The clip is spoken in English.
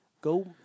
Go